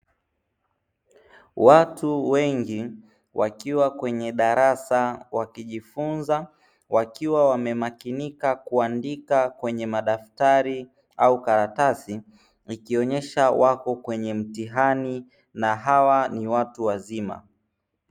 Watu wengi wakiwa kwenye darsa wakijifunza wakiwa wamemakinika kunadika kwenye madaftari au karatasi, wakionesha wako kwenye mtihani na hawa ni watu wazima.